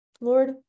lord